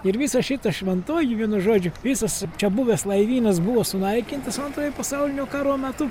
ir visa šita šventoji vienu žodžiu visas čia buvęs laivynas buvo sunaikintas antrojo pasaulinio karo metu